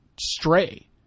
stray